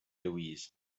louise